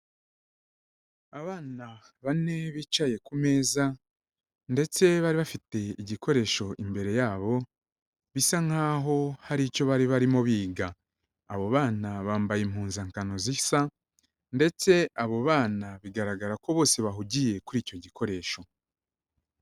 Abana bane bicaye ku meza ndetse bari bafite igikoresho imbere yabo, bisa nkaho hari icyo bari barimo biga. Abo bana bambaye impuzankano zisa ndetse abo bana bigaragara ko bose bahugiye kuri icyo gikoresho.